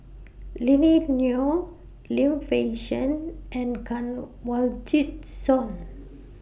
Lily Neo Lim Fei Shen and Kanwaljit Soin